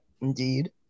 Indeed